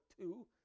two